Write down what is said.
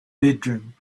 bedroom